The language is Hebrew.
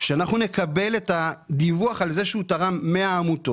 שאנחנו נקבל את הדיווח על זה שהוא תרם מהעמותות,